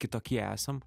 kitokie esam